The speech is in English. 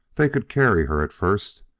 they could carry her, at first.